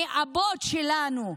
מהאבות שלנו,